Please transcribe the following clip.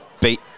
beat